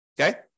Okay